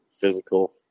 physical